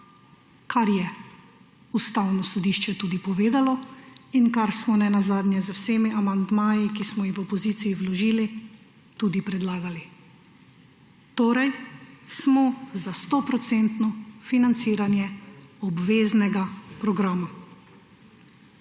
kar je Ustavno sodišče tudi povedalo in kar smo nenazadnje z vsemi amandmaji, ki smo jih v opoziciji vložili, tudi predlagali. Torej smo za 100-procentno financiranje obveznega programa.